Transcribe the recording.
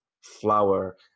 flower